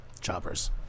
Choppers